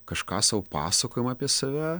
kažką sau pasakojom apie save